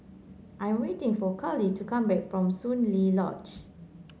I am waiting for Karlie to come back from Soon Lee Lodge